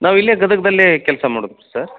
ನಾವಿಲ್ಲೇ ಗದಗದಲ್ಲೇ ಕೆಲಸ ಮಾಡೋದು ಸರ್